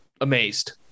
amazed